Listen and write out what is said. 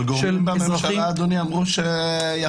אבל גורמים בממשלה אדוני אמרו שיחליפו